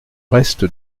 reste